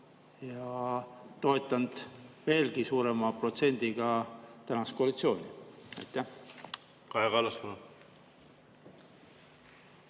ja toetanud veelgi suurema protsendiga tänast koalitsiooni? Aitäh,